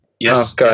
Yes